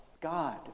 God